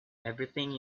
everything